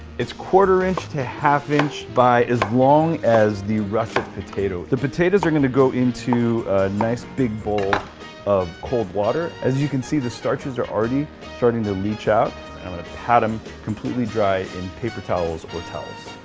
it's quarter inch to half inch, by as long as the russet potato. the potatoes are gonna go into a nice big bowl of cold water. as you can see, the starches are already starting to leach out. and i'm gonna pat em completely dry in paper towels or towels.